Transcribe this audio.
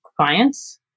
clients